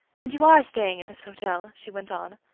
and you are staying in this hotel? she went on.